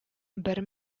бер